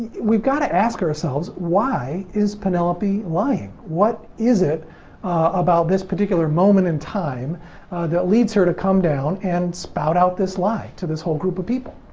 we've gotta ask ourselves, why is penelope lying? what is it about this particular moment in time that leads her to come down and spout out this lie to this whole group of people?